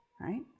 right